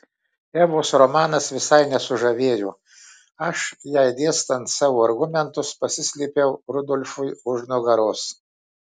evos romanas visai nesužavėjo aš jai dėstant savo argumentus pasislėpiau rudolfui už nugaros